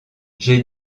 j’ai